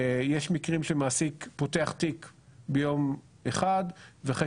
יש מקרים שמעסיק פותח תיק ביום אחד ואחרי